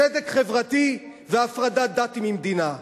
צדק חברתי והפרדת דת ממדינה.